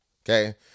Okay